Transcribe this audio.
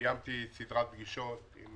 קיימתי סדרת פגישות עם